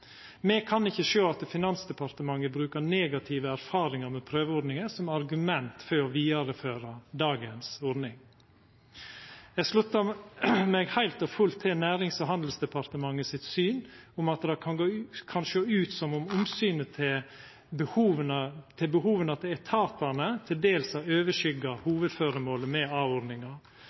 Me kan ikkje sjå at Finansdepartementet brukar negative erfaringar med prøveordninga som argument for å vidareføra dagens ordning. Eg sluttar meg heilt og fullt til Nærings- og handelsdepartementets syn om at det kan sjå ut som at omsynet til behova til etatane til dels har overskygd hovudføremålet med a-ordninga, som er